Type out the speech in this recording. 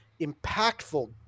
impactful